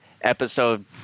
episode